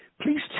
please